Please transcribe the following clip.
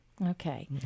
Okay